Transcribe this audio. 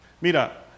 Mira